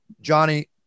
Johnny